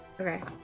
Okay